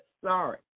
sorry